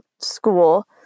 school